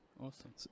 awesome